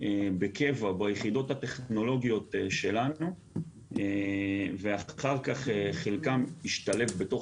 בקבע ביחידות הטכנולוגיות שלנו ואחר כך חלקם ישתלב בתוך